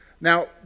Now